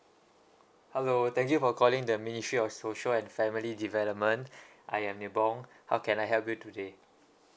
hello thank you for calling the ministry of social and family development I am nibong how can I help you today